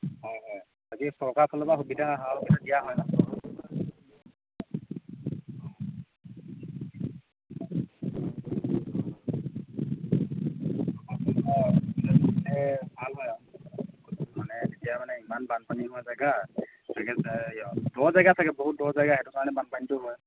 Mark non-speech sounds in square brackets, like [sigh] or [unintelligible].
হয় হয় বাকী চৰকাৰৰ ফালৰপৰা সুবিধা সা সুবিধা দিয়া হয় ন [unintelligible] ভাল হয় আৰু মানে মানে তেতিয়া মানে ইমান বানপানী হোৱা জেগা দ জেগা চাগে বহুত দ জেগা সেইটো কাৰণে বানপানীটো হয়